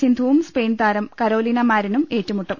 സിന്ധുവും സ്പെയിൻതാരം കരോലിന മാരിനും ഏറ്റുമുട്ടും